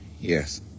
Yes